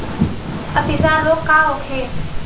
अतिसार रोग का होखे?